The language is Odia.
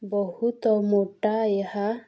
ବହୁତ ମୋଟା ଏହା